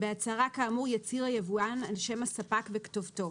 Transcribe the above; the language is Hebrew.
בהצהרה כאמור יצהיר היבואן על שם הספק וכתובתו,